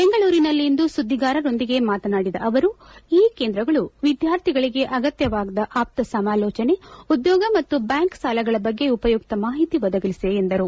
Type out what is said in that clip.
ಬೆಂಗಳೂರಿನಲ್ಲಿಂದು ಸುದ್ದಿಗಾರರೊಂದಿಗೆ ಮಾತನಾಡಿದ ಅವರು ಈ ಕೇಂದ್ರಗಳು ವಿದ್ವಾರ್ಥಿಗಳಿಗೆ ಅಗತ್ತವಾದ ಆಪ್ತಸಮಾಲೋಚನೆ ಉದ್ಯೋಗ ಮತ್ತು ಬ್ಯಾಂಕ್ ಸಾಲಗಳ ಬಗ್ಗೆ ಉಪಯುಕ್ತ ಮಾಹಿತಿ ಒದಗಿಸಲಿದೆ ಎಂದರು